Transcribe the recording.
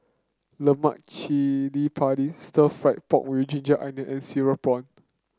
Lemak Cili Padi stir fry pork with ginger onion and cereal prawn